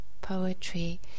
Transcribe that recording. poetry